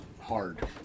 Hard